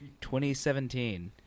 2017